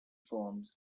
forms